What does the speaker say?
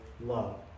love